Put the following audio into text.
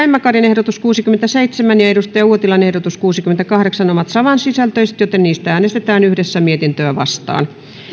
emma karin ehdotus kolme ja kari uotilan ehdotus neljä ovat samansisältöisiä joten niistä äänestetään yhdessä mietintöä vastaan